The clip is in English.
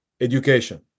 Education